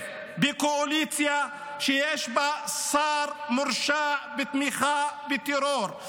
בקואליציה שיש בה שר מורשע בתמיכה בטרור.